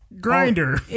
Grinder